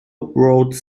wrote